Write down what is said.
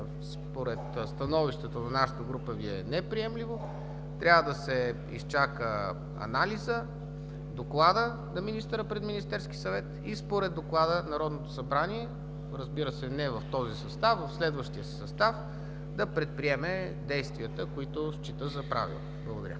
предложението Ви е неприемливо. Трябва да се изчака анализът и докладът на министъра пред Министерския съвет. Според доклада Народното събрание, разбира се, не в този състав, а в следващият си състав, ще предприеме действия, които счита за правилни. Благодаря.